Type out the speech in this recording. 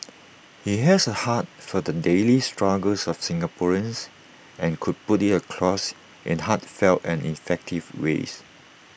he has A heart for the daily struggles of Singaporeans and could put IT across in heartfelt and effective ways